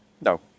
No